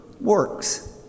works